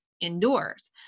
indoors